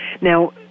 Now